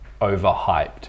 overhyped